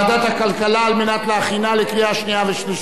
הכלכלה על מנת להכינה לקריאה שנייה ושלישית.